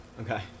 Okay